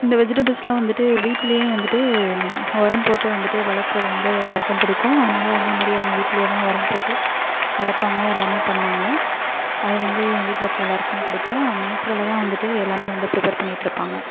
இந்த வெஜிடபுள்ஸ்லாம் வந்துட்டு வீட்டிலேயே வந்துட்டு உரம் போட்டு வந்துட்டு வளர்க்கறது வந்து எல்லாருக்கும் பிடிக்கும் அதனால் அதே மாதிரியே அவங்க வீட்டிலேயேதான் உரம் போட்டு வளர்த்தாங்க எல்லாமே பண்ணிணாங்க அது வந்து என் வீட்டில் இருக்கிற எல்லாருக்குமே பிடிக்கும் நேச்சுரல்லா தான் வந்துட்டு எல்லாமே வந்துட்டு ப்ரிப்பேர் பண்ணிகிட்டு இருப்பாங்க